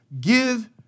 give